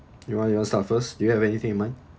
you want you want to start first do you have anything in mind